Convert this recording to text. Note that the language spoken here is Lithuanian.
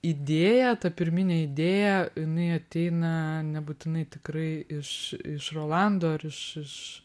idėja ta pirminė idėja jinai ateina nebūtinai tikrai iš iš rolando ir iš iš